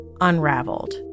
unraveled